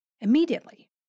immediately